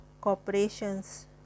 corporations